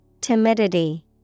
Timidity